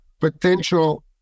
potential